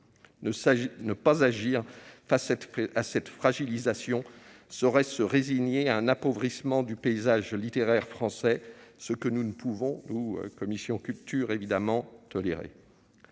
Ne pas agir face à cette fragilisation serait se résigner à un appauvrissement du paysage littéraire français, ce que nous ne pouvons, à la commission de la culture, évidemment pas tolérer.